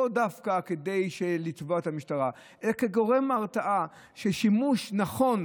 זה לא דווקא כדי לתבוע את המשטרה אלא להיות גורם הרתעה ולשימוש נכון,